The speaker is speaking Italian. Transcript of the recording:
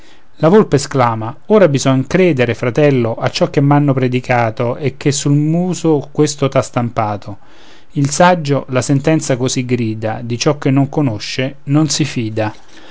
la volpe esclama ora bisogna credere fratello a ciò che m'hanno predicato e che sul muso questo t'ha stampato il saggio la sentenza così grida di ciò che non conosce non si fida